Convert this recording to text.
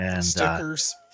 Stickers